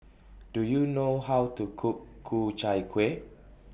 Do YOU know How to Cook Ku Chai Kuih